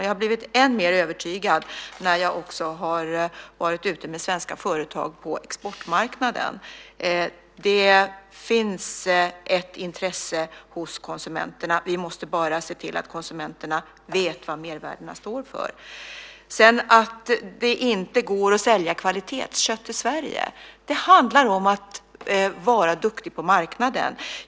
Jag har blivit ännu mer övertygad om det när jag har varit ute med svenska företag på exportmarknaden. Det finns ett intresse hos konsumenterna. Vi måste bara se till att konsumenterna vet vad mervärdena står för. Det går inte att sälja kvalitetskött i Sverige, säger man. Det handlar om att vara duktig på marknaden.